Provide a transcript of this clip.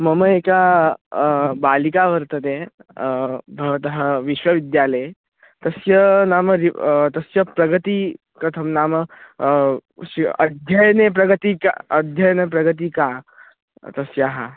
मम एका बालिका वर्तते भवतः विश्वविद्यालये तस्याः नाम र् तस्याः प्रगतिः कथं नाम स्यु अध्ययने प्रगतिः का अध्ययनप्रगतिः का तस्याः